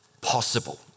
possible